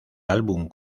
álbum